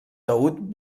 taüt